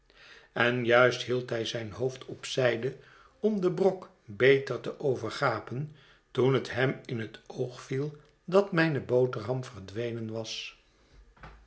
en juist hield hij zijn hoofd opzijde om den brok beter te overgapen toen het hem in het oog viel dat mijne boterham verdwenen was